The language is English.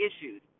issues